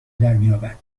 درمیابد